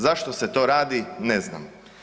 Zašto se to radi, ne znam.